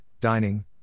dining